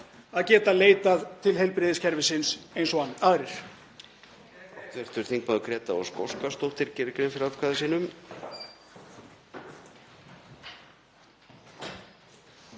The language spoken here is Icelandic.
að geta leitað til heilbrigðiskerfisins eins og aðrir.